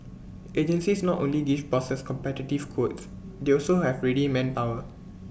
agencies not only give bosses competitive quotes they also have ready manpower